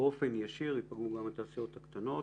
באופן ישיר יפגעו גם התעשיות הקטנות,